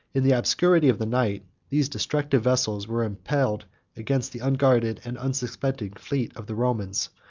in the obscurity of the night, these destructive vessels were impelled against the unguarded and unsuspecting fleet of the romans,